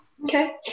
Okay